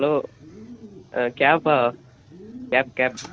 hello ah கேபா cab gap